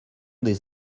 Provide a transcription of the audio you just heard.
des